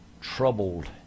troubled